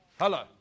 Hello